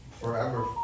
forever